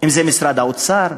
אם זה משרד האוצר,